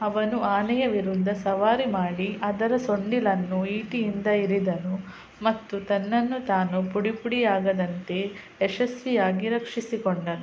ಅವನು ಆನೆಯ ವಿರುದ್ಧ ಸವಾರಿ ಮಾಡಿ ಅದರ ಸೊಂಡಿಲನ್ನು ಈಟಿಯಿಂದ ಇರಿದನು ಮತ್ತು ತನ್ನನ್ನು ತಾನು ಪುಡಿಪುಡಿಯಾಗದಂತೆ ಯಶಸ್ವಿಯಾಗಿ ರಕ್ಷಿಸಿಕೊಂಡನು